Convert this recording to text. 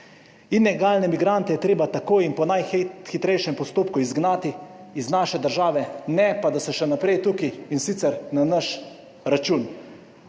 Ilegalne migrante je treba takoj in po najhitrejšem postopku izgnati iz naše države, ne pa da se še naprej tukaj in sicer na naš račun.